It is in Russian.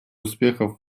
успехов